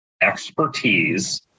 expertise